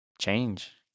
change